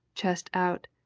chest out,